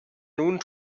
nun